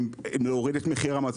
להוריד את מחיר המס,